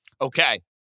Okay